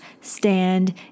stand